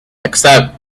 except